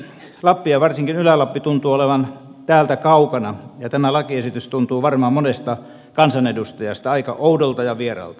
lappi ja varsinkin ylä lappi tuntuu olevan täältä kaukana ja tämä lakiesitys tuntuu varmaan monesta kansanedustajasta aika oudolta ja vieraalta